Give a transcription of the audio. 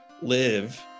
live